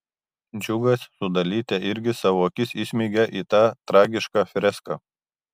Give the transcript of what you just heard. džiugas su dalyte irgi savo akis įsmeigią į tą tragišką freską